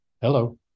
Hello